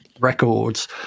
records